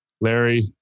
Larry